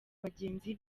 bagenzi